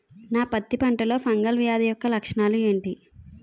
నా పత్తి పంటలో ఫంగల్ వ్యాధి యెక్క లక్షణాలు ఏంటి?